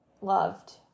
loved